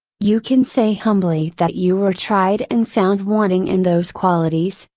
you can say humbly that you were tried and found wanting in those qualities,